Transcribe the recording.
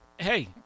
Hey